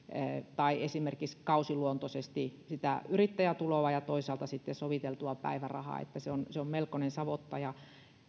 tai esimerkiksi kausiluontoisesti sitä yrittäjätuloa ja toisaalta sitten soviteltua päivärahaa että se on se on melkoinen savotta